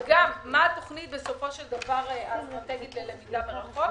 וגם מה בסופו של דבר התוכנית האסטרטגית ללמידה מרחוק?